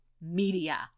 media